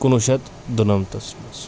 کُنہٕ وُہ شَتھ دُنَمتس منٛز